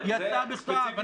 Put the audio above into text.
יצאה בכתב.